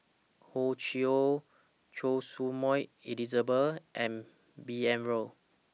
Hor Chim Or Choy Su Moi Elizabeth and B N Rao